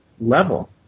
level